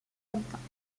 habitants